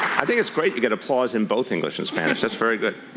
i think it's great you get applause in both english and spanish. that's very good.